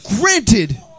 Granted